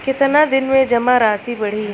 कितना दिन में जमा राशि बढ़ी?